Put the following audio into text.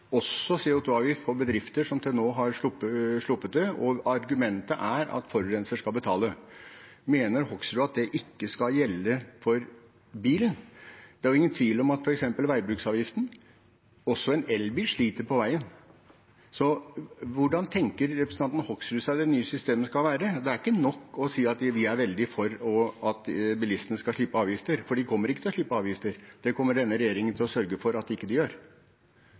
også CO 2 -avgift på bedrifter som til nå har sluppet det. Argumentet er at forurenser skal betale. Mener representanten Hoksrud at det ikke skal gjelde for bilen? Det er jo ingen tvil om at når det gjelder f.eks. veibruksavgiften, sliter også en elbil på veien. Hvordan tenker representanten Hoksrud seg at det nye systemet skal være? Det er ikke nok å si at man er veldig for at bilistene skal slippe avgifter, for de kommer ikke til å slippe avgifter, det kommer denne regjeringen til å sørge for at de ikke gjør.